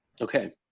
okay